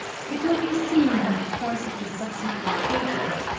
it will be seen, in the course of the subsequent pages,